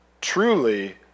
truly